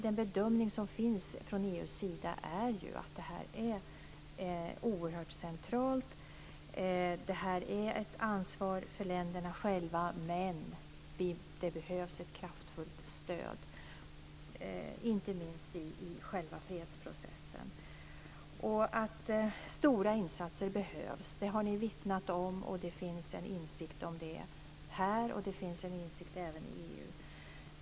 Den bedömning som görs från EU:s sida är ju att det här är oerhört centralt, att det här är ett ansvar för länderna själva men att det behövs ett kraftfullt stöd, inte minst i själva fredsprocessen. Att stora insatser behövs har ni vittnat om, och det finns en insikt om det här och även i EU.